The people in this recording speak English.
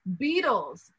Beatles